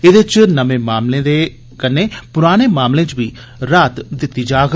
एह्दे च नमें मामलें दे कन्नै पुराने मामले च बी राह्त दित्ती जाग